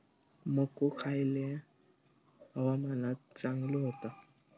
मको खयल्या हवामानात चांगलो होता?